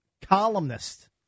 columnist